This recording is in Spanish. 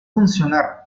funcionar